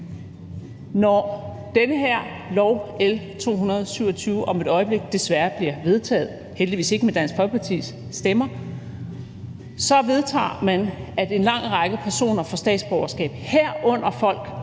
Når det her lovforslag, L 227, om et øjeblik desværre bliver vedtaget, heldigvis ikke med Dansk Folkepartis stemmer, så vedtager man, at en lang række personer får statsborgerskab, herunder folk,